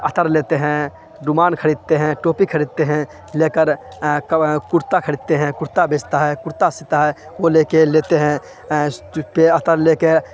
عطر لیتے ہیں رومال کھریدتے ہیں ٹوپی کھریدتے ہیں لے کر کرتا خریدتے ہیں کرتا بیچتا ہے کرتا سیتا ہے وہ لے کے لیتے ہیں عطر لے کے